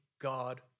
God